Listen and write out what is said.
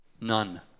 none